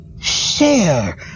share